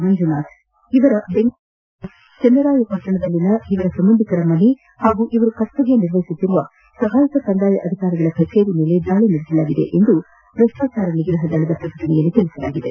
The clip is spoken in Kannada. ಮಂಜುನಾಥ್ ಇವರ ಬೆಂಗಳೂರು ನಗರದ ನಿವಾಸ ಮತ್ತು ಚೆನ್ನರಾಯಪಟ್ಟಣದಲ್ಲಿನ ಇವರ ಸಂಬಂಧಿಕರ ಮನೆ ಹಾಗೂ ಇವರು ಕರ್ತವ್ಯ ನಿರ್ವಹಿಸುತ್ತಿರುವ ಸಪಾಯಕ ಕಂದಾಯ ಅಧಿಕಾರಿಗಳ ಕಭೇರಿ ಮೇಲೆ ದಾಳಿ ನಡೆಸಲಾಗಿದೆ ಎಂದು ಭ್ರಷ್ಟಾಚಾರ ನಿಗ್ರಹ ದಳ ತಿಳಿಸಿದೆ